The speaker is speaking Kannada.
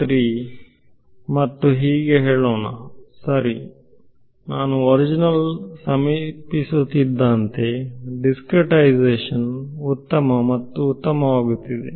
3 ಮತ್ತು ಹೀಗೆ ಹೇಳೋಣ ಸರಿ ನಾನು ಒರಿಜಿನ್ ಸಮೀಪಿಸುತ್ತಿದ್ದಂತೆ ದಿಸ್ಕ್ರೀಟ್ಐಸ್ಶನ್ ಉತ್ತಮ ಮತ್ತು ಉತ್ತಮವಾಗುತ್ತಿದೆ